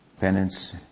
penance